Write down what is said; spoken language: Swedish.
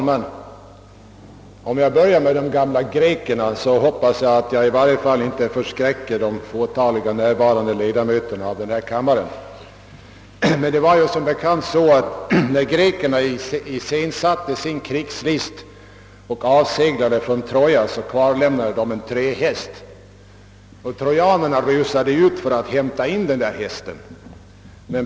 Herr talman! Jag hoppas att jag inte förskräcker de få närvarande ledamöterna i kammaren om jag börjar med de gamla grekerna. När grekerna iscen satte sin krigslist och avseglade från Troja kvarlämnade de som bekant en trähäst. Trojanerna rusade ut för att hämta in den.